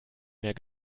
mehr